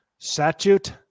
statute